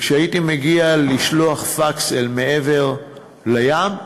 כשהייתי מגיע לשלוח פקס אל מעבר לים,